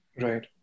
right